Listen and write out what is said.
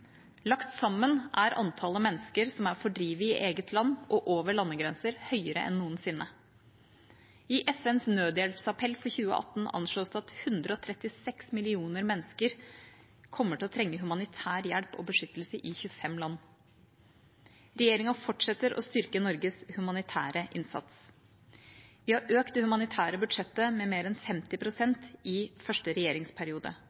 Lagt sammen er antallet mennesker som er fordrevet i eget land og over landegrenser, høyere enn noensinne. I FNs nødhjelpsappell for 2018 anslås det at 136 millioner mennesker kommer til å trenge humanitær hjelp og beskyttelse i 25 land. Regjeringa fortsetter å styrke Norges humanitære innsats. Vi har økt det humanitære budsjettet med mer enn 50